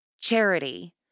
charity